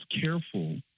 careful